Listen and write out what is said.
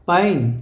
pine